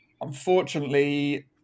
Unfortunately